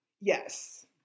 Yes